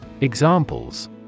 Examples